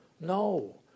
No